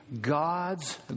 God's